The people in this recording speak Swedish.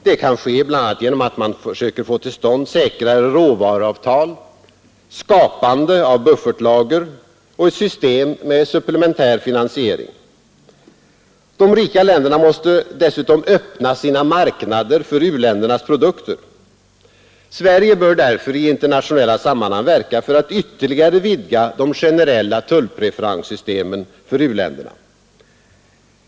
Det kan ske bl.a. genom att man söker få till stånd säkrare råvaruavtal, genom skapande av buffertlager och genom ett system med supplementär finansiering. De rika länderna måste dessutom öppna sina marknader för u-ländernas produkter. Sverige bör därför i internationella sammanhang verka för att ytterligare vidga de generella tullpreferenssystemen för u-länderna.